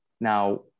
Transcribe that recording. Now